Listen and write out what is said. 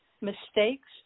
mistakes